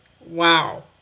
Wow